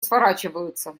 сворачиваются